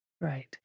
Right